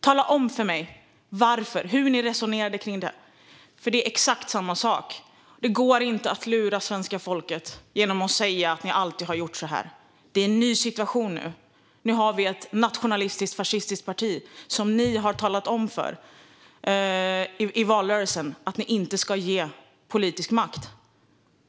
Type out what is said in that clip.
Tala om för mig hur ni resonerade kring detta, för det är exakt samma sak. Det går inte att lura svenska folket genom att säga att ni alltid har gjort så här. Det är en ny situation nu. Nu har vi ett nationalistiskt, fascistiskt parti, som ni i valrörelsen har sagt att ni inte ska ge politisk makt.